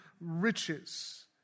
riches